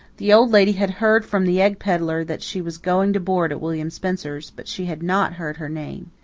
the old lady had heard from the egg pedlar that she was going to board at william spencer's, but she had not heard her name.